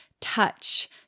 touch